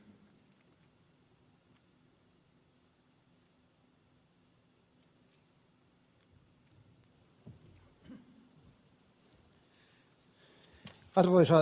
arvoisa puhemies